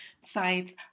sites